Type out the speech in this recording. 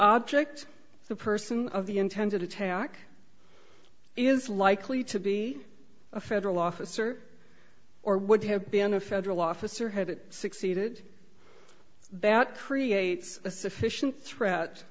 object the person of the intended attack is likely to be a federal officer or would have been a federal officer had it succeeded that creates a sufficient threat